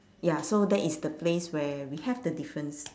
ya so that is the place where we have the difference